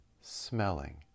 smelling